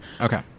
Okay